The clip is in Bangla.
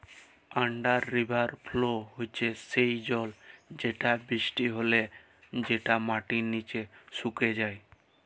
আন্ডার রিভার ফ্লো হচ্যে সেই জল যেটা বৃষ্টি হলে যেটা মাটির নিচে সুকে যায়